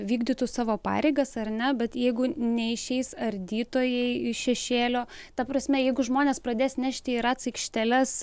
vykdytų savo pareigas ar ne bet jeigu neišeis ardytojai iš šešėlio ta prasme jeigu žmonės pradės nešti į ratc aikšteles